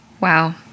Wow